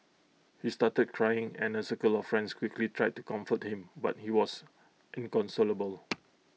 he started crying and A circle of friends quickly tried to comfort him but he was inconsolable